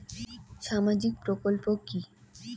সামাজিক প্রকল্প কি?